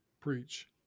preach